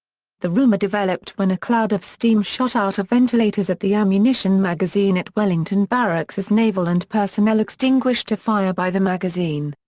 the rumour developed when a cloud of steam shot out of ventilators at the ammunition magazine at wellington barracks as naval and personnel extinguished a fire by the magazine.